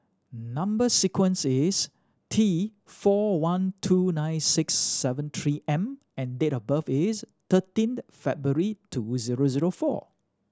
number sequence is T four one two nine six seven Three M and date of birth is thirteenth February two zero zero four